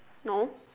no